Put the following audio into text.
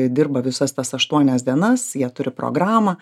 dirba visas tas aštuonias dienas jie turi programą